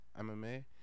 MMA